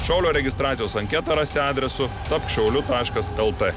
šaulio registracijos anketą rasi adresu tapk šauliu taškas lt